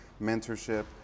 mentorship